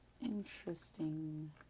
interesting